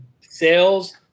Sales